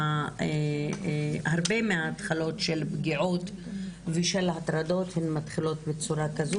שהרבה מההתחלות של פגיעות ושל הטרדות מתחילות בצורה כזאת,